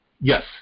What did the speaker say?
Yes